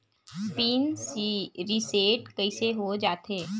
Pin reset कइसे हो जाथे?